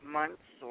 months